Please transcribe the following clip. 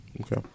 Okay